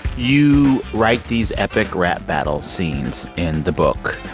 you write these epic rap battle scenes in the book.